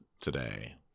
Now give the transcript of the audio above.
today